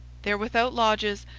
they are without lodges,